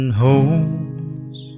homes